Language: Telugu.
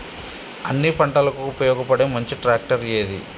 అన్ని పంటలకు ఉపయోగపడే మంచి ట్రాక్టర్ ఏది?